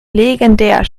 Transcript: legendär